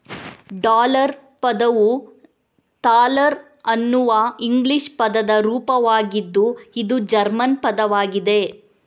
dollar ಪದವು thaler ಅನ್ನುವ English ಪದದ ರೂಪವಾಗಿದ್ದು ಇದು ಜರ್ಮನ್ ಪದವಾಗಿದೆ